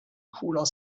cooler